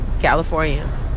California